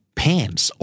pants